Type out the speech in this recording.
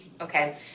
okay